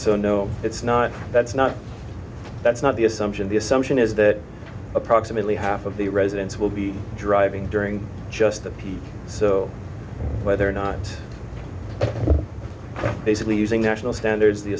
so no it's not that's not that's not the assumption the assumption is that approximately half of the residents will be driving during just the peak so whether or not basically using national standards the